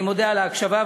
אני מודה על ההקשבה,